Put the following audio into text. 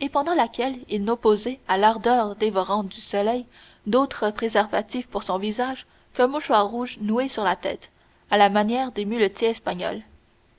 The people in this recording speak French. et pendant laquelle il n'opposait à l'ardeur dévorante du soleil d'autre préservatif pour son visage qu'un mouchoir rouge noué sur sa tête à la manière des muletiers espagnols